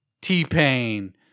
T-Pain